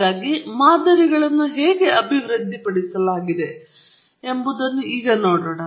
ಹಾಗಾಗಿ ಮಾದರಿಗಳನ್ನು ಹೇಗೆ ಅಭಿವೃದ್ಧಿಪಡಿಸಲಾಗಿದೆ ಎಂಬುದನ್ನು ನಾವು ನೋಡೋಣ